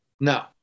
No